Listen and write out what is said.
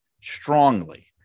strongly